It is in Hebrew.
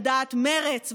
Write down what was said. על דעת מרצ,